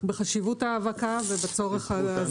בחשיבות האבקה ובצורך בהסדרה.